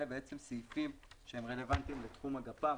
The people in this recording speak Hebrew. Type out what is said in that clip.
אלה בעצם סעיפים שהם רלוונטיים לתחום הגפ"ם,